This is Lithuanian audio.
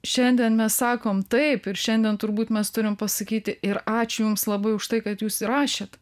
šiandien mes sakom taip ir šiandien turbūt mes turim pasakyti ir ačiū jums labai už tai kad jūs rašėt